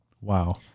Wow